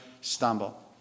stumble